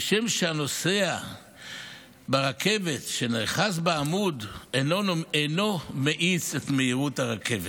כשם שהנוסע ברכבת שנאחז בעמוד אינו מאיץ את מהירות הרכבת.